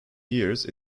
years